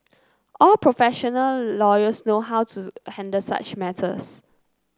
all professional lawyers know how to handle such matters